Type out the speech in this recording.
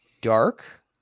Dark